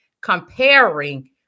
comparing